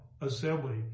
assembly